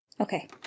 Okay